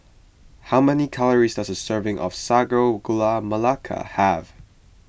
how many calories does a serving of Sago Gula Melaka have